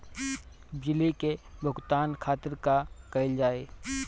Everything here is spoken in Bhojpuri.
बिजली के भुगतान खातिर का कइल जाइ?